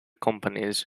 companies